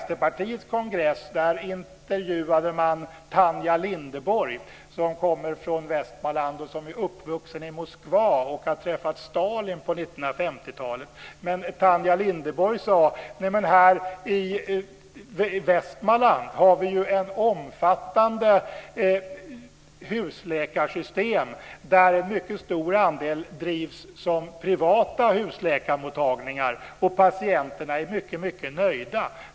Tanja Linderborg, som kommer från Västmanland och som är uppvuxen i Moskva och har träffat Stalin på 1950-talet. Tanja Linderborg sade att i Västmanland har man ett omfattande husläkarsystem där en mycket stor andel drivs som privata husläkarmottagningar, och patienterna är mycket nöjda.